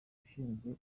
ushinzwe